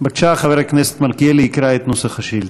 יקרא את נוסח השאילתה.